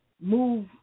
move